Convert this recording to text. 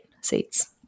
seats